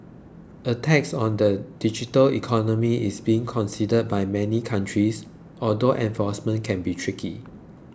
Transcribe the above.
a tax on the digital economy is being considered by many countries although enforcement could be tricky